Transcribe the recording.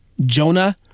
Jonah